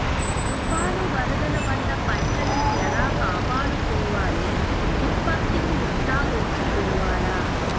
తుఫాను, వరదల వల్ల పంటలని ఎలా కాపాడుకోవాలి, ఉత్పత్తిని ఎట్లా పెంచుకోవాల?